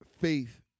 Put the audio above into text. faith